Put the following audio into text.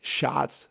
shots